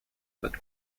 but